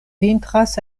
vintras